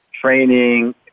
training